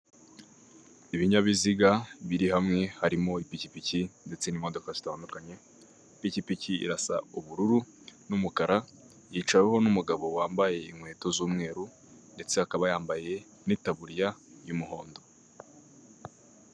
Ibinyabiziga biri hamwe harimo ipikipiki ndetse n'imodoka zitandukanye, ipikipiki irasa ubururu n'umukara yicayeho n'umugabo wambaye inkweto z'umweru ndetse akaba yambaye n'itaburiya y'umuhondo.